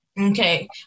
Okay